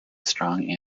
strong